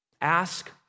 Ask